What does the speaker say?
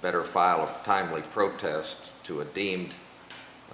better file a timely protest to a deemed